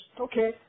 okay